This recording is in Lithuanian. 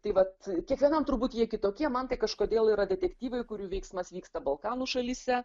tai vat kiekvienam turbūt jie kitokie man tai kažkodėl yra detektyvai kurių veiksmas vyksta balkanų šalyse